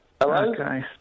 Hello